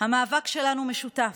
המאבק שלנו משותף,